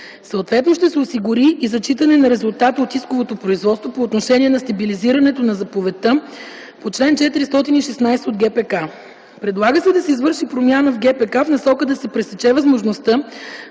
съответно ще се осигури и зачитане на резултата от исковото производство по отношение на стабилизирането на заповедта по чл. 416 от ГПК. Предлага се да се извърши промяна в ГПК в насока да се пресече възможността